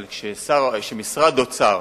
אבל כשמשרד אוצר,